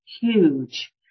huge